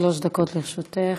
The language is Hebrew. בבקשה, שלוש דקות לרשותך.